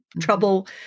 trouble